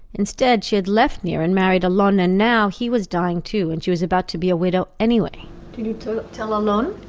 instead, she had left nir and married alon and now, he was dying too, and she was about to be a widow anyway tell alon?